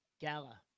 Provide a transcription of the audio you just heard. gala